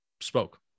spoke